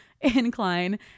incline